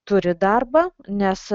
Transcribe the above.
turi darbą nes